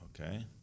Okay